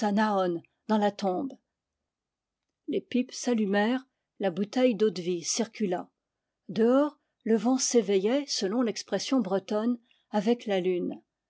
dans la tombe les pipes s'allumèrent la bouteille d'eau-de-vie circula dehors le vent s'éveillait selon l'expression bretonne avec la lune